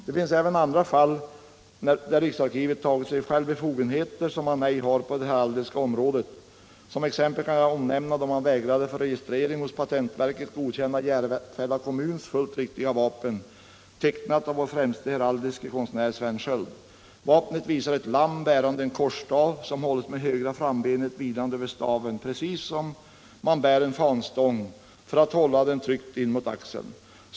Det finns även andra fall där riksarkivet tagit sig själv befogenheter som man ej har på det heraldiska området. Som exempel kan jag nämna att man vägrat att för registrering hos patentverket godkänna Järfälla kommuns fullt riktiga vapen, tecknat av vår främste heraldiske konstnär, Sven Sköld. Vapnet visar ett lamm bärande en korsstav, som hålles med högra frambenet vilande över staven, precis som man bär en fanstång för att hålla den tryckt in mot axeln.